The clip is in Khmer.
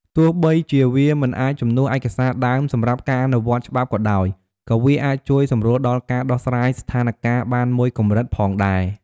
ទោះបីជាវាមិនអាចជំនួសឯកសារដើមសម្រាប់ការអនុវត្តច្បាប់ក៏ដោយ ក៏វាអាចជួយសម្រួលដល់ការដោះស្រាយស្ថានការណ៍បានមួយកម្រិតផងដែរ។